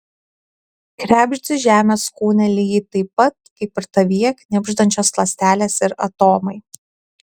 krebždi žemės kūne lygiai taip pat kaip ir tavyje knibždančios ląstelės ir atomai